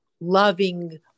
loving